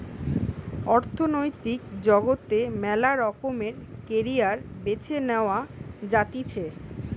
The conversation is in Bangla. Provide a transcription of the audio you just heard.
অর্থনৈতিক জগতে মেলা রকমের ক্যারিয়ার বেছে নেওয়া যাতিছে